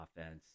offense